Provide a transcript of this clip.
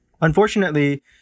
Unfortunately